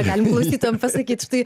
galim klausytojam pasakyt štai